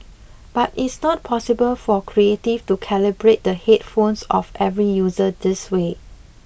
but it's not possible for creative to calibrate the headphones of every user this way